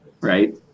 right